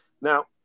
Now